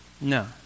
no